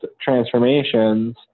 transformations